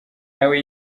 nawe